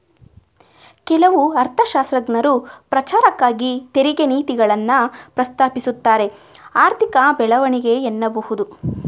ಕೆಲವು ಅರ್ಥಶಾಸ್ತ್ರಜ್ಞರು ಪ್ರಚಾರಕ್ಕಾಗಿ ತೆರಿಗೆ ನೀತಿಗಳನ್ನ ಪ್ರಸ್ತಾಪಿಸುತ್ತಾರೆಆರ್ಥಿಕ ಬೆಳವಣಿಗೆ ಎನ್ನಬಹುದು